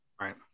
Right